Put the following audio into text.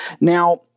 now